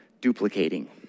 duplicating